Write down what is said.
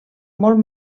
molt